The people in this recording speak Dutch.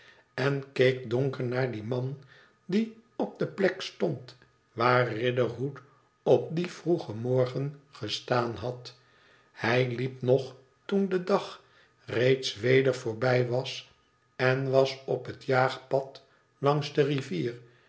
en keek donker naar dien man die op de plek stond waar riderhood op dien vroegen morgen gestaan had hij liep no toen de dag reeds weder voorbij was en was op het jagpad langs de rivier